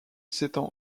s’étend